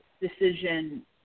decision